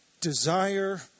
desire